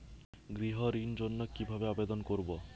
গৃহ ঋণ জন্য কি ভাবে আবেদন করব?